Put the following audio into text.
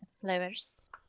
flowers